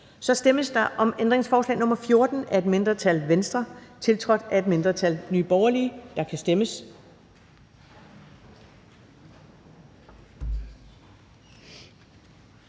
Så stemmes der om ændringsforslag nr. 14 af et mindretal (V), tiltrådt af et mindretal (NB). Der kan stemmes.